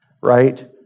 right